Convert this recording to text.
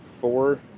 four